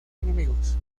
enemigos